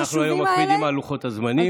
אנחנו היום מקפידים על לוחות הזמנים.